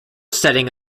setting